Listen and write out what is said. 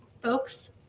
folks